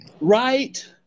Right